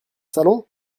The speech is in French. salon